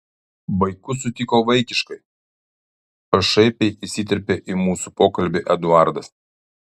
vaikus sutiko vaikiškai pašaipiai įsiterpė į mūsų pokalbį eduardas